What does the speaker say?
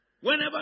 Whenever